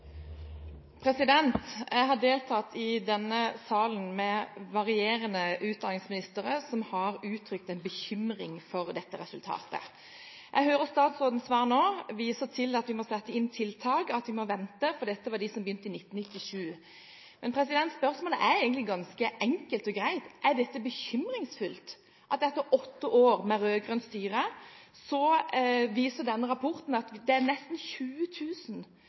Jeg har deltatt i denne salen med varierende utdanningsministre som har uttrykt bekymring for dette resultatet. Jeg hører statsrådens svar nå, der hun viser til at vi må sette inn tiltak, at vi må vente, fordi dette var de som begynte i 1997. Men spørsmålet er egentlig ganske enkelt og greit: Er det bekymringsfullt at etter åtte år med rød-grønt styre viser denne rapporten at det er nesten